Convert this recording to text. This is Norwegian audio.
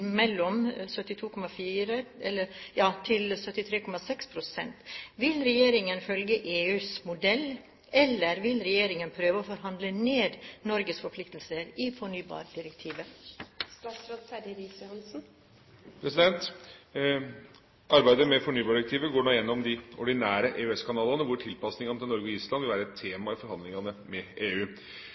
mellom 72,4 og 73,6. Vil regjeringen følge EUs modell, eller vil regjeringen prøve å forhandle ned Norges forpliktelser i fornybardirektivet?» Arbeidet med fornybardirektivet går nå gjennom de ordinære EØS-kanalene, hvor tilpasningen til Norge og Island vil være et tema i forhandlingene med EU.